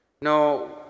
No